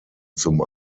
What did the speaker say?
zum